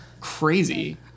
crazy